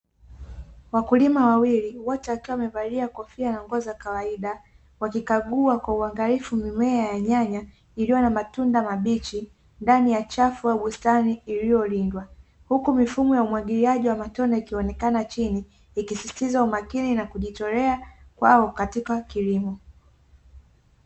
Wakulima wawili wote wakiwa wamevalia kofia na nguo za kawaida, wakikaguwa kwa uangalifu mimea ya nyanya iliyo na matunda mabichi ndani ya chafu ya bustani iliyolindwa, huku mifumo ya umwagiliaji wa matone ikionekana chini ikisisitiza umakini na kujitolea kwao katia kilimo.